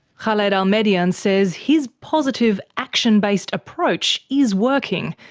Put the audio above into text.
khaled al-medyan says his positive, action-based approach is working,